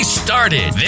started